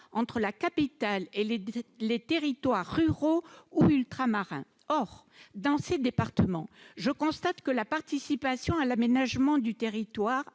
entre la capitale et les territoires ruraux ou ultramarins. Or, dans ces départements, je constate que la participation à l'aménagement du territoire,